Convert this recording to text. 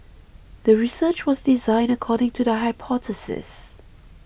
the research was designed according to the hypothesis